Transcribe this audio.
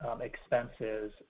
expenses